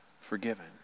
forgiven